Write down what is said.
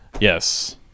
Yes